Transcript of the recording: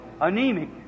anemic